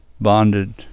bonded